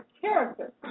character